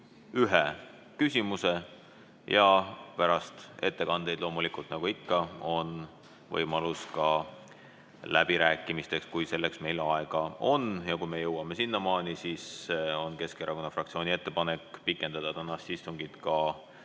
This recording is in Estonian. ühe küsimuse ja pärast ettekandeid loomulikult nagu ikka, on võimalus läbirääkimisteks, kui meil selleks aega on. Kui me jõuame sinnamaani, siis on Keskerakonna fraktsiooni ettepanek pikendada tänast istungit kuni